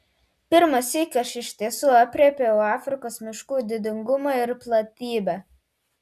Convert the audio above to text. pirmąsyk aš iš tiesų aprėpiau afrikos miškų didingumą ir platybę